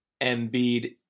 Embiid